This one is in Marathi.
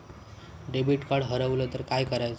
डेबिट कार्ड हरवल तर काय करायच?